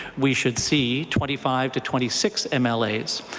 we should see twenty five to twenty six mlas.